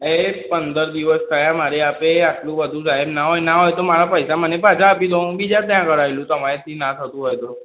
એ પંદર દિવસ થયા મારે આપે આટલું બધુ સાહેબ ના હોય ના હોય તો મારા પૈસા મને પાછા આપી દો હું બીજાનાં ત્યાં કરાવી લઉં તમારાથી ના થતું હોય તો